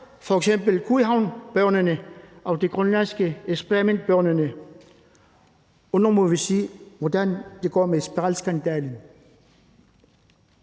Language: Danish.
f.eks. godhavnsbørnene og de grønlandske eksperimentbørn, og nu må vi se, hvordan det går med spiralskandalen.